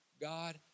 God